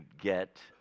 get